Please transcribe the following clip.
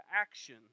action